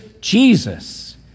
Jesus